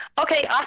Okay